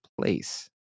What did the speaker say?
place